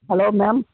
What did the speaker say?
hello ma'am